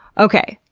okay,